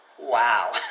Wow